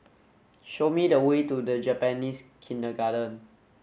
show me the way to Japanese Kindergarten